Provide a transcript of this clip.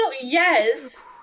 Yes